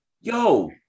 yo